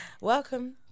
Welcome